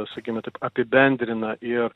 sakykime taip apibendrina ir